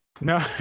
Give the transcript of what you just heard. No